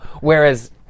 Whereas